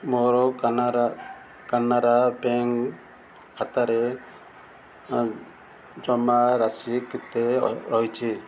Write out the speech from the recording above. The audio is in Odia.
ମୋର କାନାରା ବ୍ୟାଙ୍କ ଖାତାରେ ଜମାରାଶି କେତେ ରହିଛି